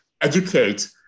educate